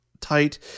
tight